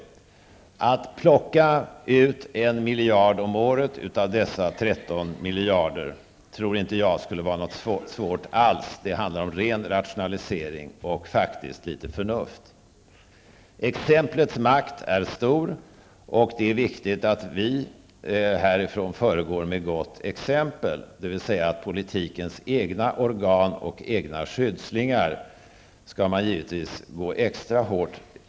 Jag tror inte alls att det skulle vara svårt att plocka ut 1 miljard om året ur dessa 13 miljarder. Det handlar om ren rationalisering och litet förnuft. Exemplets makt är stor, och det är viktigt att vi här föregår med gott exempel, dvs. att man skall gå extra hårt fram mot politikens egna organ och skyddslingar.